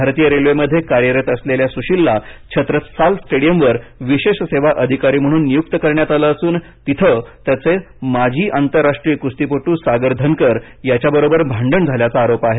भारतीय रेल्वेमध्ये कार्यरत असलेल्या सुशीलला छत्रसाल स्टेडियमवर विशेष सेवा अधिकारी म्हणून नियुक्त करण्यात आले असून तिथे त्याचे माजी आंतरराष्ट्रीय कुस्तीपटू सागर धनकर याच्याबरोबर भांडण झाल्याचा आरोप आहे